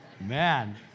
Man